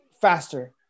faster